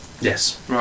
Yes